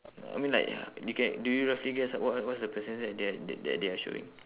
I mean like you can do you roughly guess like wha~ what's the percentage they're that they they are showing